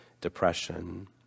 depression